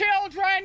children